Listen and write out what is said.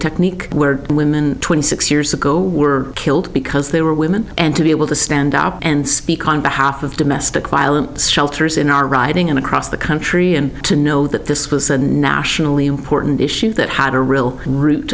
technique where women twenty six years ago were killed because they were women and to be able to stand up and speak on behalf of domestic violence shelters in our riding and across the country and to know that this was a nationally important issue that had a real root